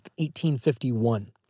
1851